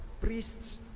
priests